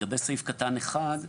לגבי סעיף קטן (1),